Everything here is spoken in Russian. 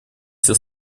все